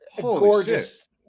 Gorgeous